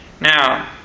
Now